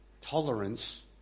tolerance